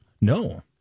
No